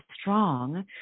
strong